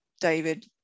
David